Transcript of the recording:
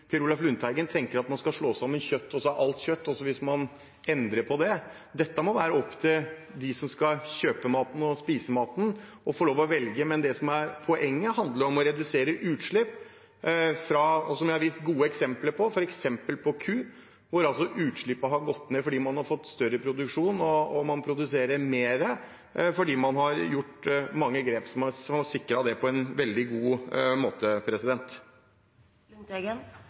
det må være opp til dem som skal kjøpe og spise maten, å få lov til å velge. Men poenget er å redusere utslipp fra – som jeg har vist gode eksempler på – f.eks. ku, hvor altså utslippene har gått ned fordi man har fått større produksjon, og man produserer mer fordi man har gjort mange grep som har sikret det på en veldig god måte.